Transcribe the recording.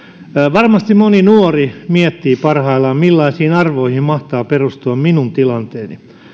varmasti moni nuori miettii parhaillaan millaisiin arvoihin mahtaa perustua minun tilanteeni